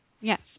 Yes